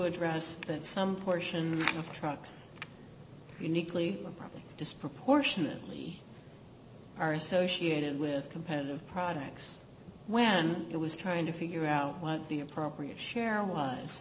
address that some portion of the trucks uniquely disproportionately are associated with competitive products when it was trying to figure out what the appropriate share w